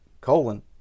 Colon